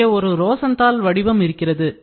இங்கே ஒரு Rosenthal வடிவம் இருக்கிறது